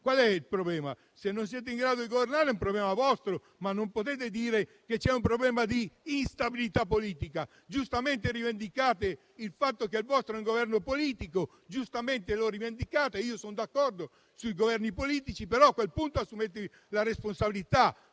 Qual è il problema? Se non siete in grado di governare, è un problema vostro, ma non potete dire che c'è un problema di instabilità politica. Giustamente rivendicate il fatto che il vostro è un Governo politico e io sono d'accordo sui Governi politici, ma a quel punto assumetevi la responsabilità.